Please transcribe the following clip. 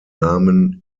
namen